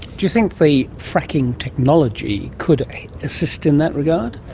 do you think the fracking technology could assist in that regard?